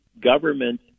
government